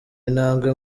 intambwe